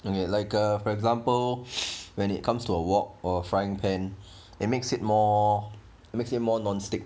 like ah for example when it comes to a wok or frying pan it makes it more makes it more non stick